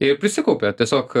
ir prisikaupė tiesiog